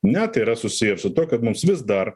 ne tai yra susiję su tuo kad mums vis dar